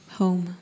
home